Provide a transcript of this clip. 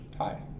Hi